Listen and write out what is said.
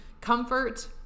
comfort